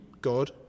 God